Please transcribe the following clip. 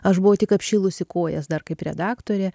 aš buvau tik apšilusi kojas dar kaip redaktorė